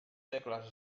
segles